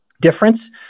difference